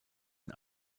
den